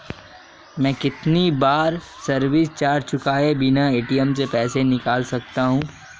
मैं कितनी बार सर्विस चार्ज चुकाए बिना ए.टी.एम से पैसे निकाल सकता हूं?